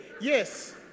Yes